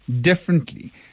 differently